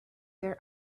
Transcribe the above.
their